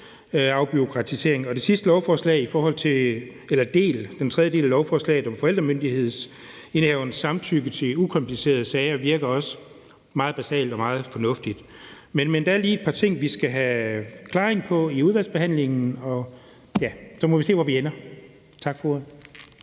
effekt. Det virker som en reel afbureaukratisering. Den tredje del af lovforslaget om forældremyndighedsindehaverens samtykke til ukomplicerede sager virker også basalt set meget fornuftigt. Men der er lige et par ting, vi skal have klaring på i udvalgsbehandlingen, og så må vi se, hvor vi ender. Tak for ordet.